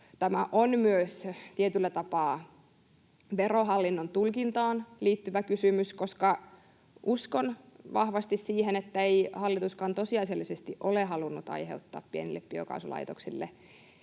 Tämä on myös tietyllä tapaa Verohallinnon tulkintaan liittyvä kysymys. Uskon vahvasti siihen, että ei hallituskaan tosiasiallisesti ole halunnut aiheuttaa pienille biokaasulaitoksille